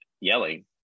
yelling